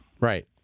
Right